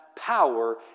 power